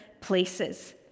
places